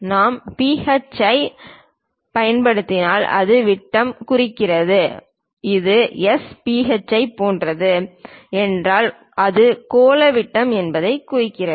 நாம் phi ஐப் பயன்படுத்தினால் அது விட்டம் குறிக்கிறது இது S phi போன்றது என்றால் அது கோள விட்டம் என்பதைக் குறிக்கிறது